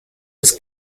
was